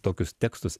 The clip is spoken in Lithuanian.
tokius tekstus